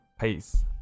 peace